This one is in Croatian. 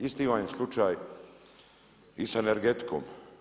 Isti vam je slučaj i sa energetikom.